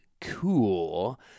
cool